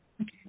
Okay